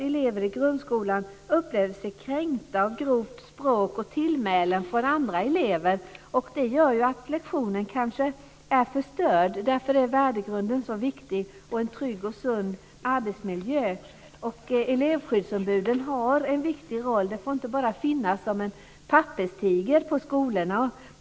Elever i grundskolan upplever sig kränkta av ett grovt språk och tillmälen från andra elever. Det gör kanske att en lektion blir förstörd. Därför är värdegrundsarbetet så viktigt. Det är också viktigt med en trygg och sund arbetsmiljö. Elevskyddsombuden har en viktig roll och får inte bara finnas som en papperstiger på skolorna.